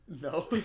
No